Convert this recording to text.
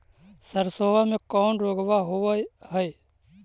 सरसोबा मे कौन रोग्बा होबय है?